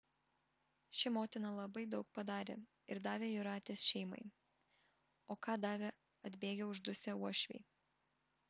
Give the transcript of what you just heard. ši motina labai daug padarė ir davė jūratės šeimai o ką davė atbėgę uždusę uošviai